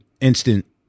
instant